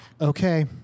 Okay